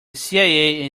cia